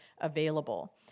available